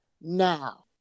now